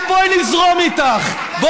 בואי, אני אזרום איתך.